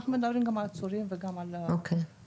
אנחנו מדברים גם על עצורים וגם על אסירים.